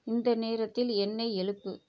இந்த நேரத்தில் என்னை எழுப்பு